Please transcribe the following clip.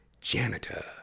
janitor